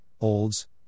Olds